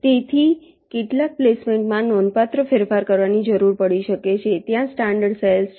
તેથી કેટલાક પ્લેસમેન્ટમાં નોંધપાત્ર ફેરફાર કરવાની જરૂર પડી શકે છે ત્યાં સ્ટાન્ડર્ડ સેલ છે